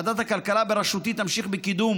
ועדת הכלכלה בראשותי תמשיך בקידום